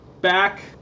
back